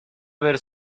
haber